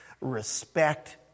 respect